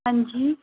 हां जी